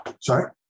sorry